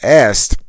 asked